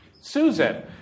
Susan